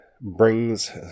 brings